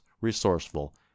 resourceful